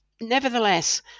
nevertheless